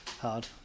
hard